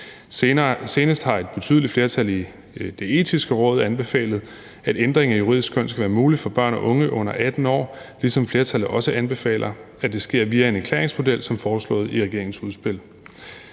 Senest har et betydeligt flertal i Det Etiske Råd anbefalet, at en ændring af juridisk køn skal være muligt for børn og unge under 18 år, ligesom flertallet også anbefaler, at det sker via en erklæringsmodel som foreslået i regeringens udspil.